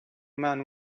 man